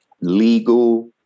legal